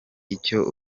icyo